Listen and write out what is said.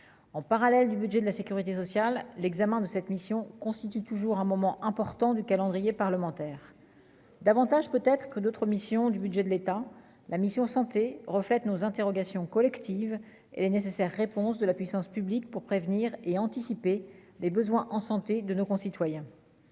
en parallèle du budget de la Sécurité sociale, l'examen de cette mission constitue toujours un moment important du calendrier parlementaire, davantage peut-être que d'autres missions du budget de l'État, la mission Santé reflète nos interrogations collectives et la nécessaire réponse de la puissance publique pour prévenir et anticiper les besoins en santé de nos concitoyens,